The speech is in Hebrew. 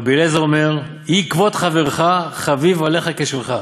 רבי אליעזר אומר, יהי כבוד חברך חביב עליך כשלך,